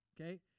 Okay